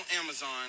Amazon